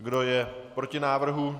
Kdo je proti návrhu?